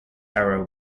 era